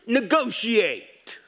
negotiate